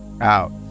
Out